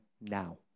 now